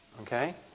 Okay